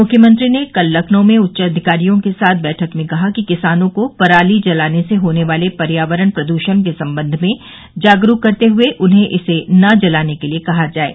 मुख्यमंत्री ने कल लखनऊ में उच्च अधिकारियों के साथ बैठक में कहा कि किसानों को पराली जलाने से होने वाले पर्यावरण प्रदृषण के संबंध में जागरूक करते हुये उन्हें इसे न जलाने के लिए कहा जाये